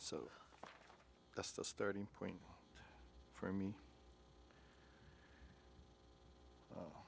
so that's the starting point for me